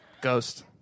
Ghost